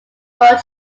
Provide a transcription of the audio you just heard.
but